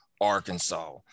Arkansas